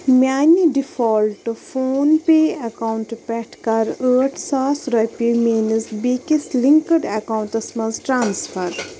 میٛانہِ ڈفالٹہٕ PhonePe اَکاونٛٹہٕ پٮ۪ٹھ کَر ٲٹھ ساس رۄپیہِ میٛٲنِس بیٚیِٚس لِنکٕڈ اَکاونٹَس مَنٛز ٹرٛانٕسفر